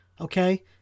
Okay